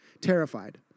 terrified